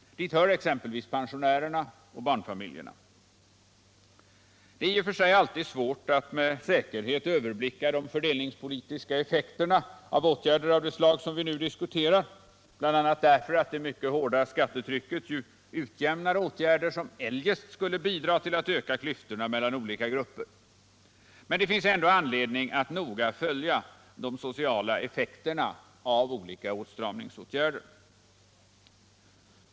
Dit hör exempelvis pensionärerna och barnfamiljerna. Det är i och för sig alltid svårt att med säkerhet överblicka de fördelningspolitiska effekterna av ekonomisk-politiska åtgärder av det slag som vi nu diskuterar, bl.a. därför att det mycket hårda skattetrycket ju utjämnar andra åtgärder som skulle kunna öka klyftorna mellan olika grupper. Men det finns ändå anledning att noga följa de sociala effekterna av olika åtstramningsåtgärder.